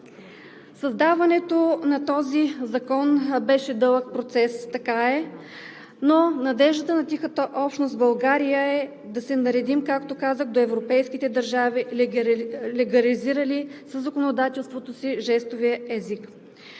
Създаването на този закон беше дълъг процес, така е, но надеждата на тихата общност в България е, както казах, да се наредим до европейските държави, легализирали със законодателството си жестовия език.